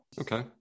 Okay